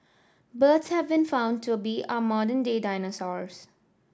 birds have been found to be our modern day dinosaurs